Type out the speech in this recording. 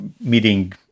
meeting